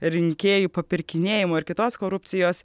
rinkėjų papirkinėjimo ir kitos korupcijos